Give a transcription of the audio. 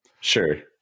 sure